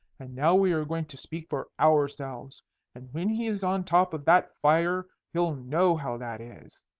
and now we are going to speak for ourselves. and when he is on top of that fire he'll know how that is.